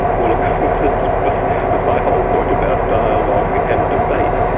well look, it's what was my whole point about dialogue and debate.